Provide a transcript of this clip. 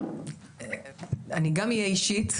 אני אהיה אישית,